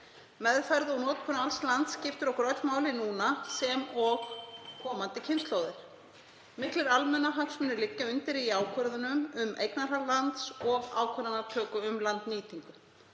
Meðferð og notkun alls lands skiptir okkur öll máli núna sem og komandi kynslóðir. Miklir almannahagsmunir liggja undir í ákvörðunum um eignarhald og ákvörðunartöku um landnýtingu.